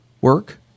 work